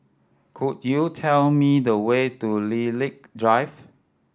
could you tell me the way to Lilac Drive